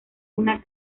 una